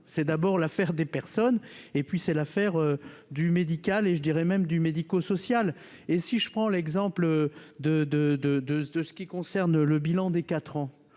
c'est d'abord l'affaire des personnes et puis c'est l'affaire du médicale et je dirais même du médico-social et si je prends l'exemple de, de, de, de, de ce qui concerne le bilan des 4 ans